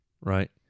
Right